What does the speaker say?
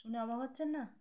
শুনে অবাক হচ্ছেন না